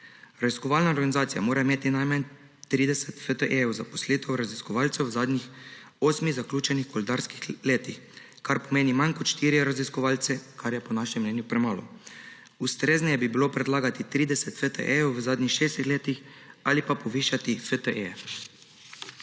Raziskovalna organizacija mora imeti najmanj 30 FTE zaposlitev raziskovalcev v zadnjih osmih zaključenih koledarskih letih, kar pomeni manj kot štirje raziskovalci, kar je po našem mnenju premalo. Ustrezneje bi bilo predlagati 30 FTE v zadnjih šestih letih ali pa povišati FTE.